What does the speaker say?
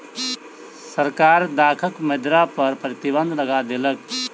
सरकार दाखक मदिरा पर प्रतिबन्ध लगा देलक